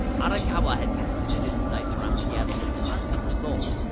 arakawa had tested it in sites around seattle to positive results,